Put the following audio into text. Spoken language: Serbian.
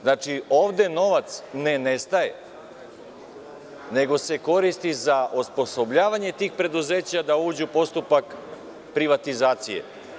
Znači, ovde novac ne nestaje, nego se koristi za osposobljavanje tih preduzeća da uđu u postupak privatizacije.